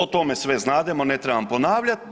O tome sve znademo ne trebam ponavljati.